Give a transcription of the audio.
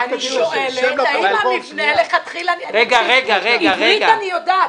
אני שואלת האם המבנה לכתחילה עברית אני יודעת,